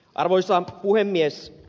arvoisa puhemies